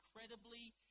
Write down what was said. incredibly